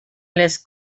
les